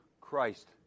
Christ